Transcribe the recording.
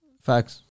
Facts